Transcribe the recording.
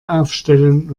aufstellen